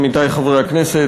עמיתי חברי הכנסת,